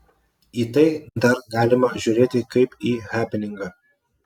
į tai dar galima žiūrėti kaip į hepeningą